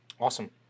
Awesome